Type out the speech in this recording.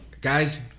guys